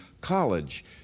college